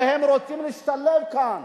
הרי הם רוצים להשתלב כאן,